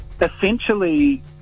essentially